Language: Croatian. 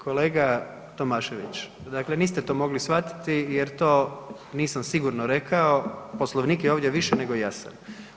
Kolega Tomašević, dakle niste to mogli shvatiti jer to nisam sigurno rekao, Poslovnik je ovdje više nego jasan.